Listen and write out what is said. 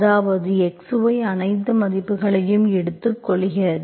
அதாவது x y அனைத்து மதிப்புகளையும் எடுத்துக்கொள்கிறது